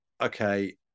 okay